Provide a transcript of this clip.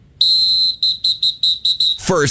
First